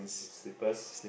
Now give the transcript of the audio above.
slippers